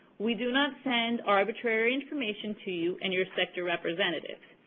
we do not send arbitrary information to you and your sector representatives.